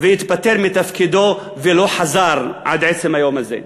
התפטר מתפקידו ולא חזר עד עצם היום הזה.